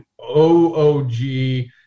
OOG